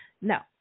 No